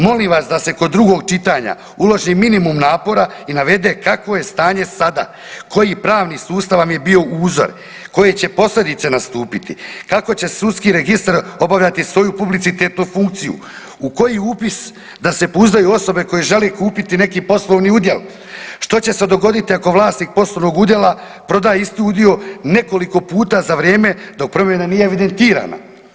Molim vas da se kod drugog čitanja uloži minimum napora i navede kakvo je stanje sada, koji pravni sustav vam je bio uzor, koje će posljedice nastupiti, kako će sudski registar obavljati svoju publicitetnu funkciju, u koji upis da se pouzdaju osobe koje žele kupiti neki poslovni udjel, što će se dogoditi ako vlasnik poslovnog udjela prodaje isti udio nekoliko puta za vrijeme dok promjena nije evidentirana?